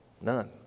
none